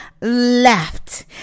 left